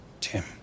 Tim